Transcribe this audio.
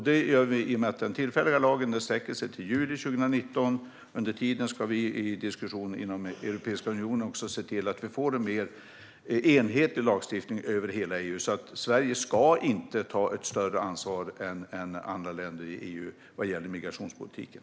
Det gör vi i och med att den tillfälliga lagen sträcker sig till juli 2019, och under tiden ska vi i diskussion inom Europeiska unionen också se till att vi får en mer enhetlig lagstiftning över hela EU så att Sverige inte ska ta ett större ansvar än andra länder i EU vad gäller migrationspolitiken.